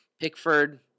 Pickford